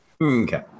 Okay